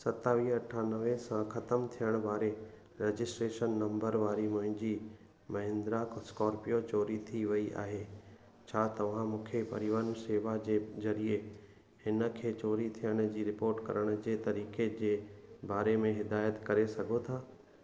सतावीह अठानवे सां ख़तमु थियण वारे रजिस्ट्रेशन नंबर वारी मुंहिंजी महिंद्रा स्कॉर्पियो चोरी थी वई आहे छा तव्हां मूंखे परिवहन सेवा जे ज़रिए हिन खे चोरी थियण जी रिपोर्ट करण जे तरीक़े जे बारे में हिदायत करे सघो था